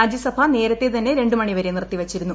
രാജ്യസഭ നേരത്തെ തന്നെ രണ്ടുമണിവരെ നിർത്തിവച്ചിരുന്നു